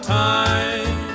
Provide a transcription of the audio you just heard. time